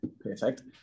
Perfect